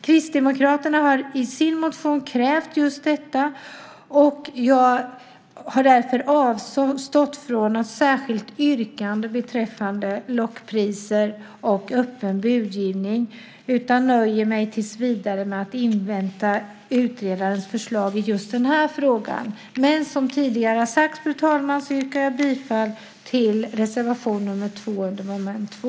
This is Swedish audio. Kristdemokraterna har i sin motion krävt just detta, och jag har därför avstått från ett särskilt yrkande beträffande lockpriser och öppen budgivning och nöjer mig tills vidare med att invänta utredarens förslag i just den här frågan. Men som tidigare har sagts, fru talman, yrkar jag bifall till reservation nr 2 under punkt 2.